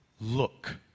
look